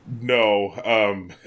No